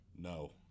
No